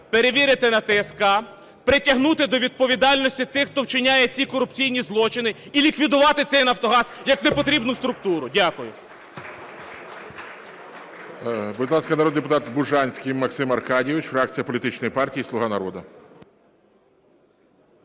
перевірити на ТСК, притягнути до відповідальності тих, хто вчиняє ці корупційні злочини, і ліквідувати цей "Нафтогаз" як непотрібну структуру. Дякую.